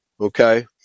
okay